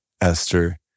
Esther